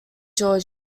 georgia